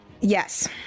Yes